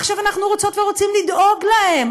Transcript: עכשיו אנחנו רוצות ורוצים לדאוג להם,